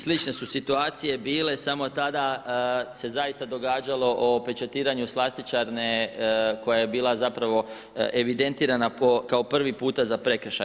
Slične su situacije bile, samo tada se zaista događalo o pečatiranju slastičarne koja je bila zapravo evidentirana po kao prvi puta za prekršaj.